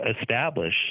establish –